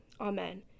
Amen